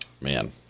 Man